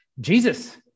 Jesus